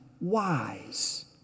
wise